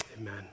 Amen